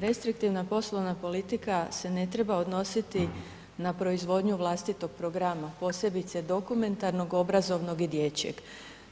Restriktivna poslovna politika se ne treba odnositi na proizvodnju vlastitog programa, posebice dokumentarnog, obrazovnog i dječjeg,